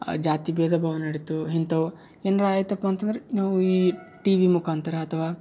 ಜಾತಿ ಭೇದ ಭಾವ ನಡೀತು ಇಂಥವು ಏನಾರ ಆಯಿತಪ್ಪ ಅಂತಂದ್ರೆ ನಾವು ಈ ಟಿವಿ ಮುಖಾಂತರ ಅಥವಾ